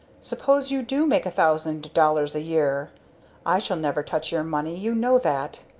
suppose you do make a thousand dollars a year i shall never touch your money you know that.